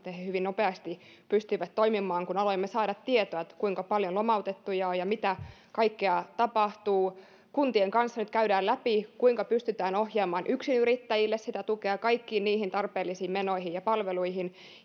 että he hyvin nopeasti pystyivät toimimaan kun aloimme saada tietoa kuinka paljon lomautettuja on ja mitä kaikkea tapahtuu kuntien kanssa nyt käydään läpi kuinka pystytään ohjaamaan yksinyrittäjille sitä tukea kaikkiin niihin tarpeellisiin menoihin ja palveluihin